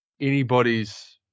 anybody's